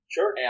Sure